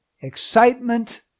excitement